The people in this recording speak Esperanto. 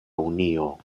unio